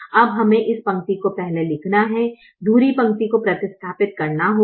अब हमें इस पंक्ति को पहले लिखना है धुरी पंक्ति को प्रतिस्थापित करना होगा